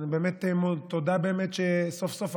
ותודה באמת שסוף-סוף,